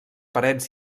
parets